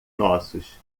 nossos